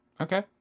Okay